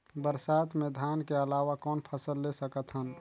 बरसात मे धान के अलावा कौन फसल ले सकत हन?